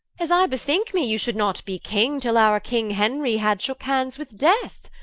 as i bethinke me, you should not be king, till our king henry had shooke hands with death.